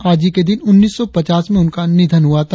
आज ही के दिन उन्नीस सौ पचास में उनका निधन हुआ था